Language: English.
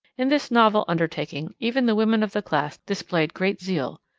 in this novel undertaking even the women of the class displayed great zeal.